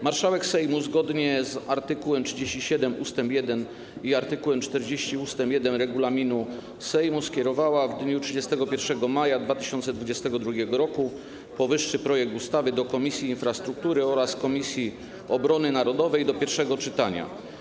Marszałek Sejmu zgodnie z art. 37 ust. 1 i art. 40 ust. 1 regulaminu Sejmu skierowała w dniu 31 maja 2022 r. powyższy projekt ustawy do Komisji Infrastruktury oraz Komisji Obrony Narodowej do pierwszego czytania.